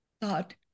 thought